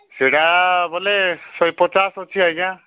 ସେଟା ବୋଲେ ଶହେ ପଚାଶ ଅଛି ଆଜ୍ଞା